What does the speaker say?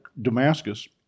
Damascus